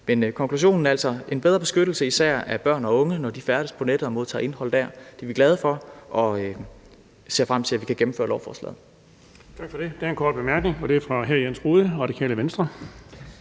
er. Konklusionen er altså en bedre beskyttelse af især børn og unge, når de færdes på nettet og modtager indhold der. Det er vi glade for, og vi ser frem til, at vi kan gennemføre lovforslaget.